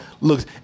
looks